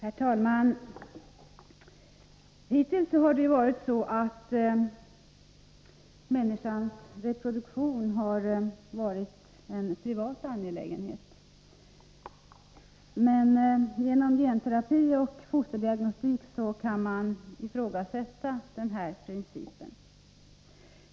Herr talman! Hittills har människans reproduktion varit en privat angelägenhet. Men genom genterapins och fosterdiagnostikens framväxt kan man ifrågasätta denna princip.